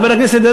חבר הכנסת,